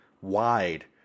wide